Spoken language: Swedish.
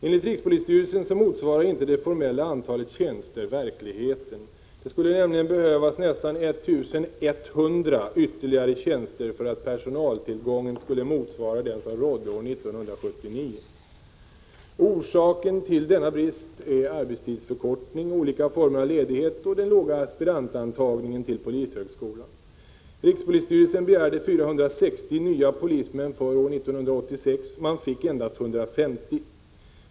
Enligt rikspolisstyrelsen motsvarar inte det formella antalet tjänster verkligheten. Det skulle nämligen behövas nästan 1 100 ytterligare tjänster för att personaltillgången skulle motsvara den som rådde år 1979. Orsaken till denna brist är arbetstidsförkortning, olika former av ledighet och den låga aspirantantagningen till polishögskolan. Rikspolisstyrelsen begärde 460 nya polismän för år 1986 — man fick endast 150.